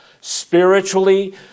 spiritually